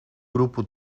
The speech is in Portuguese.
grupo